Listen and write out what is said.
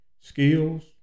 skills